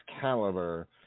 Caliber